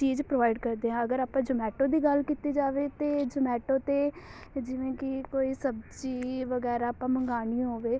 ਚੀਜ਼ ਪ੍ਰੋਵਾਈਡ ਕਰਦੇ ਹਾ ਅਗਰ ਆਪਾਂ ਜਮੈਟੋ ਦੀ ਗੱਲ ਕੀਤੀ ਜਾਵੇ ਤਾਂ ਜਮੈਟੋ 'ਤੇ ਜਿਵੇਂ ਕਿ ਕੋਈ ਸਬਜ਼ੀ ਵਗੈਰਾ ਆਪਾਂ ਮੰਗਵਾਉਣੀ ਹੋਵੇ